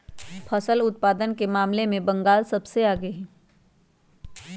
फसल उत्पादन के मामले में बंगाल सबसे आगे हई